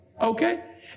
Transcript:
okay